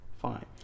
Fine